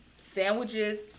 sandwiches